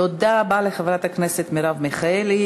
תודה רבה לחברת הכנסת מרב מיכאלי.